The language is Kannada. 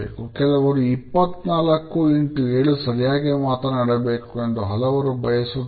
ಕೆಲವರು 247 ಸರಿಯಾಗಿ ಮಾತನಾಡಬೇಕು ಎಂದು ಹಲವರು ಬಯಸುತ್ತಾರೆ